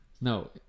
No